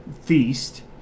feast